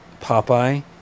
Popeye